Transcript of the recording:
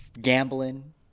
Gambling